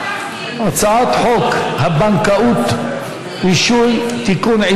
הצעת חוק הבנקאות (רישוי) (תיקון,